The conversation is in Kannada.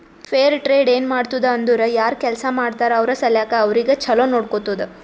ಫೇರ್ ಟ್ರೇಡ್ ಏನ್ ಮಾಡ್ತುದ್ ಅಂದುರ್ ಯಾರ್ ಕೆಲ್ಸಾ ಮಾಡ್ತಾರ ಅವ್ರ ಸಲ್ಯಾಕ್ ಅವ್ರಿಗ ಛಲೋ ನೊಡ್ಕೊತ್ತುದ್